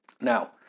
Now